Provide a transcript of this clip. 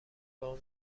وام